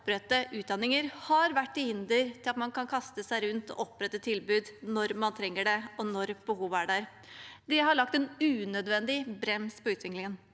opprette utdanninger har vært til hinder for at man kan kaste seg rundt og opprette tilbud når man trenger det og behovet er der. Det har lagt en unødvendig brems på utviklingen.